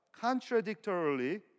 contradictorily